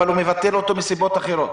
אבל הוא מבטל אותו מסיבות אחרות.